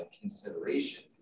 consideration